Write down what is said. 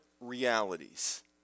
realities